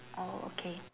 oh okay